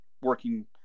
working